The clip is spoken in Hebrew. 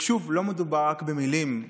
שוב, לא מדובר רק במילים.